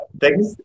thanks